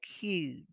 huge